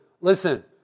Listen